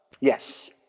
Yes